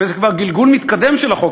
וזה כבר גלגול מתקדם של החוק,